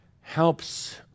helps